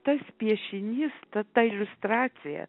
tas piešinys ta ta liustracija